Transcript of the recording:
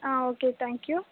ah okay thank you